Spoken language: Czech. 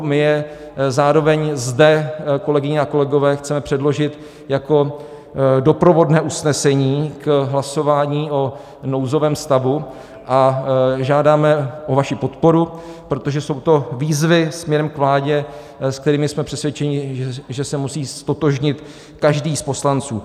My je zároveň zde, kolegyně a kolegové, chceme předložit jako doprovodné usnesení k hlasování o nouzovém stavu a žádáme o vaši podporu, protože jsou to výzvy směrem k vládě, s kterými, jsme přesvědčeni, že se musí ztotožnit každý z poslanců.